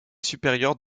supérieure